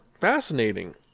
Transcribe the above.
fascinating